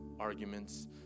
arguments